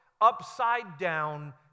upside-down